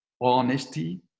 honesty